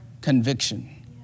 Conviction